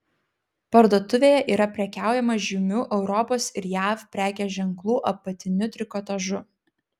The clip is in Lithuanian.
parduotuvėje yra prekiaujama žymių europos ir jav prekės ženklų apatiniu trikotažu